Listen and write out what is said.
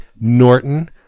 Norton